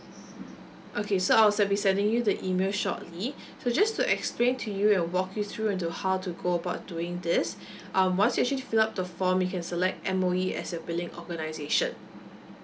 okay so I'll be sending you the E mail shortly so just to explain to you and walk you through into how to go about doing this um once you actually filled up the form you can select M_O_E as the billing organization